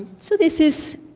so this is